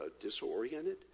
disoriented